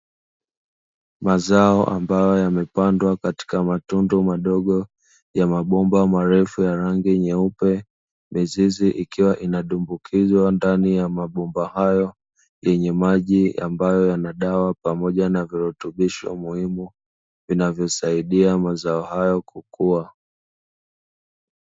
Mazao ambayo yamepandwa katika matundu madogo ya mabomba marefu ya rangi nyeupe, mizizi ikiwa inadumbukizwa ndani ya mabomba hayo yenye maji ambayo yana dawa pamoja na virutubisho muhimu, vinavyosaidia mazao hayo kukua.